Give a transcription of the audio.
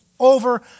over